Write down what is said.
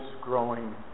growing